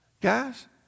guys